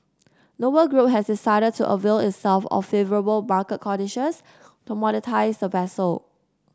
Noble Group has decided to avail itself of favourable market conditions to monetise the vessel